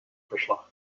verslag